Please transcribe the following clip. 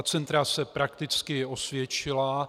Centra se prakticky osvědčila.